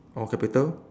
all capital